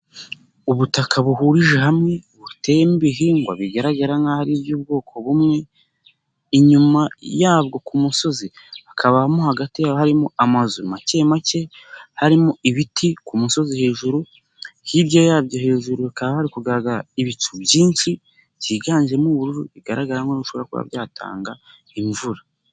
Ubutaka buhurije hamwe buteye ibihingwa bigaragara nkaho ari iby'ubwoko bumwe, inyuma yabwo ku musozi hakabamo hagati harimo amazu make make, harimo ibiti ku musozi hejuru hirya yabyo hejuru hakaba hari kugaragara ibicu byinshi byiganjemo, ubururu bigaragaramo bishobora kuba byatanga imvura.